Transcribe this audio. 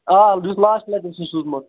آ بِلکُل یُس لاسٹ لٹہِ اوسُتھ سوٗزمُت